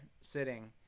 sitting